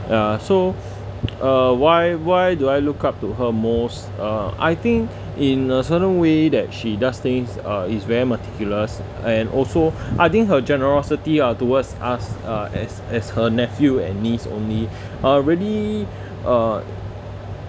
ya so uh why why do I look up to her most uh I think in a certain way that she does things uh it's very meticulous and also I think her generosity ah towards us uh as as her nephew and niece only are really uh